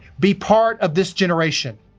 be part of this generation.